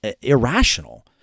irrational